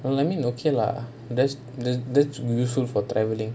the timing okay lah that's that's useful for travelling